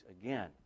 again